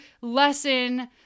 lesson